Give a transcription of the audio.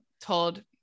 told